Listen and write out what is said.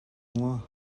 maw